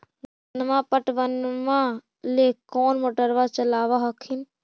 धनमा पटबनमा ले कौन मोटरबा चलाबा हखिन?